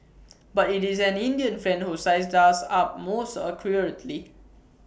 but IT is an Indian friend who sized us up most accurately